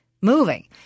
moving